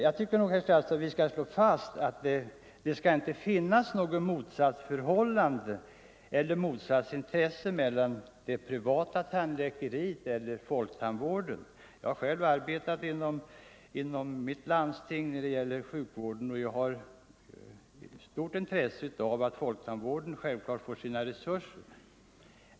Jag tycker, herr statsråd, att vi skall slå fast att det inte skall finnas något motsatsförhållande mellan det privata tandläkeriet och folktandvården. Jag har själv arbetat inom mitt landstings sjukvård och har självfallet stort intresse för att folktandvården får tillräckliga resurser.